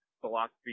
philosophy